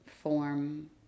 form